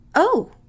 Oh